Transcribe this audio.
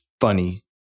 funny